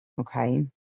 okay